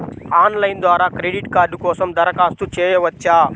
Online ద్వారా credit card కోసం దరఖాస్తు చేయవచ్చా?